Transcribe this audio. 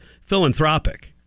philanthropic